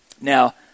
Now